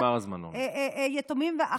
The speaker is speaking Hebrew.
נגמר הזמן, אורלי.